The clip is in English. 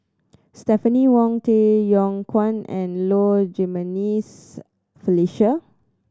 Stephanie Wong Tay Yong Kwang and Low Jimenez Felicia